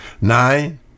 Nine